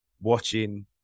watching